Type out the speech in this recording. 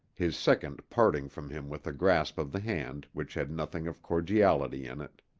his second parting from him with a grasp of the hand which had nothing of cordiality in it.